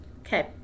Okay